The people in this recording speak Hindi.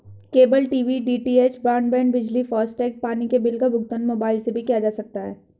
केबल टीवी डी.टी.एच, ब्रॉडबैंड, बिजली, फास्टैग, पानी के बिल का भुगतान मोबाइल से भी किया जा सकता है